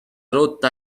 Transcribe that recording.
rotta